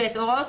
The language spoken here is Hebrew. (ב)הוראות